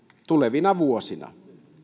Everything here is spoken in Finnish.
tulevina vuosina